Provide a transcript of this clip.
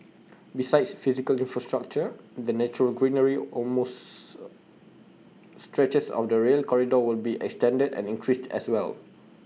besides physical infrastructure the natural greenery along most stretches of the rail corridor will be extended and increased as well